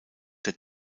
der